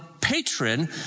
patron